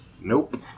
Nope